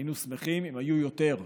היינו שמחים אם היו יותר.